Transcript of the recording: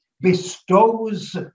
bestows